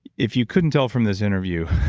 if you couldn't tell from this interview,